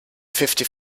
fifty